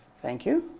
thank you.